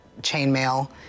chainmail